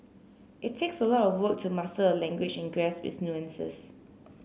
it takes a lot of work to master a language and grasp its nuances